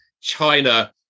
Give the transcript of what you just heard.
China